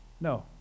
No